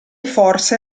forse